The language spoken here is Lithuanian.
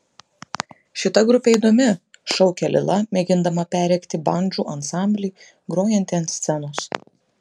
šita grupė įdomi šaukia lila mėgindama perrėkti bandžų ansamblį grojantį ant scenos